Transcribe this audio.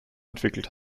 entwickelt